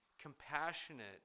compassionate